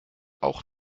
auch